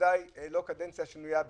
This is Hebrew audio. ודאי לא קדנציה שנייה ברצף.